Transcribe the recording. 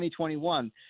2021